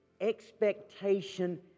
expectation